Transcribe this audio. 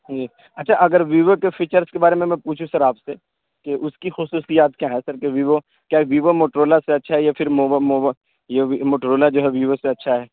جی اچھا اگر ویوو کے فیچرس کے بارے میں میں پوچھوں سر آپ سے کہ اس کی خصوصیات کیا ہیں سر کہ ویوو کیا ویوو موٹرولا سے اچھا ہے یا پھر موو موو یہ موٹرولا جو ہے ویوو سے اچھا ہے